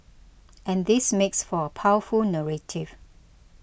and this makes for a powerful narrative